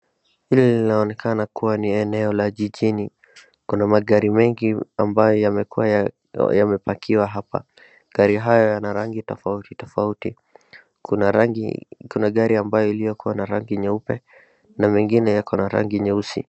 Hili linaonekana kuwa ni eneo la jijini, kuna magari mengi ambayo yamekuwa yamepakiwa hapa. Gari hayo yanarangi tofauti tofauti, kuna gari ambayo iliyokuwa na rangi nyeupe na mengine yako na rangi nyeusi.